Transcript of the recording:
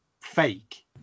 fake